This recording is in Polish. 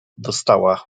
dostała